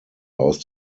aus